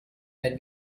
wenn